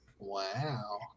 Wow